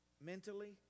mentally